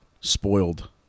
spoiled